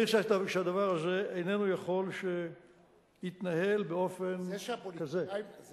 אני חושב שהדבר הזה אי-אפשר שיתנהל באופן כזה, זה